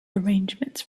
arrangements